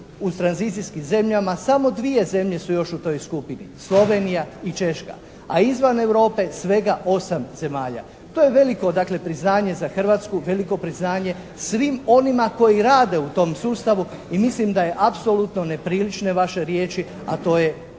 u tranzicijskim zemljama samo dvije zemlje su još u toj skupini, Slovenija i Češka, a izvan Europe svega osam zemalja. To je veliko dakle priznanje za Hrvatsku, veliko priznanje svim onima koji rade u tom sustavu i mislim da je apsolutno neprilične vaše riječi a to je gdje je